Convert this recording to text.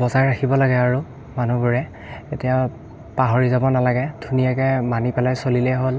বচাই ৰাখিব লাগে আৰু মানুহবোৰে এতিয়া পাহৰি যাব নালাগে ধুনীয়াকৈ মানি পেলাই চলিলে হ'ল